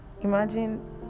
imagine